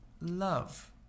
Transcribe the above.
LOVE